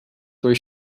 where